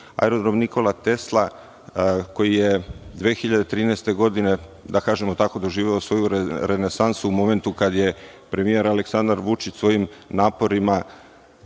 Tesla“.Aerodrom „Nikola Tesla“ koji je 2013. godine, da kažemo tako, doživeo svoju renesansu, u momentu kad je premijer Aleksandar Vučić svojim naporima